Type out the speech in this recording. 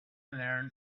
learn